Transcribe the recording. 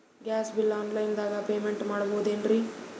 Gas bill online ದಾಗ payment ಮಾಡಬೋದೇನ್ರಿ?